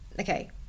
okay